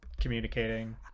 communicating